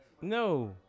No